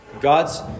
God's